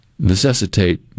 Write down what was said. Necessitate